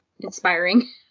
Inspiring